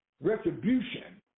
retribution